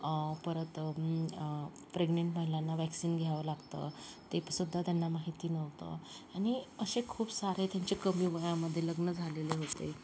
परत प्रेग्नन्ट महिलांना वॅक्सिन घ्यावं लागतं ते सुद्धा त्यांना माहिती नव्हतं आणि असे खूप सारे त्यांचे कमी वयामध्ये लग्न झालेले होते